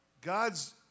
God's